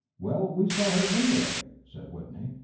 well, we saw her, anyway! said whitney,